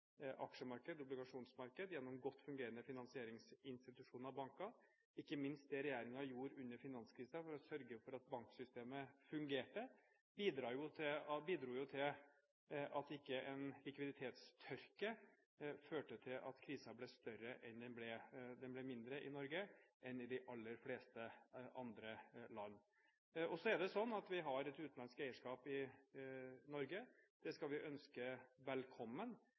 aksjemarked og obligasjonsmarked og gjennom godt fungerende finansieringsinstitusjoner og banker. Ikke minst det regjeringen gjorde under finanskrisen for å sørge for at banksystemet fungerte, bidro til at en likviditetstørke ikke førte til at krisen ble større enn den ble. Den ble mindre i Norge enn i de aller fleste andre land. Vi har utenlandsk eierskap i Norge. Det skal vi ønske velkommen.